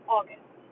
August